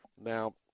Now